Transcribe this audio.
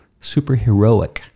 superheroic